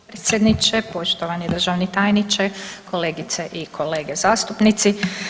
potpredsjedniče, poštovani državni tajniče, kolegice i kolege zastupnici.